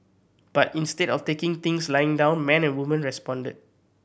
but instead of taking things lying down men and woman responded